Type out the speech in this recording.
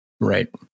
Right